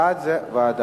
בעד זה ועדה.